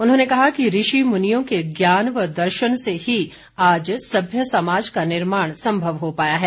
उन्होंने कहा कि ऋषि मुनियों के ज्ञान व दर्शन से ही आज सभ्य समाज का निर्माण संभव हो पाया है